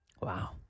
Wow